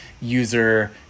user